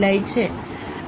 આપણે તે ગણતરી જોઈશું